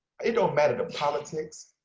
it don't matter the politics.